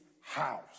house